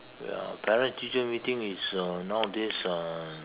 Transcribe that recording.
well parent teacher meeting is uh nowadays um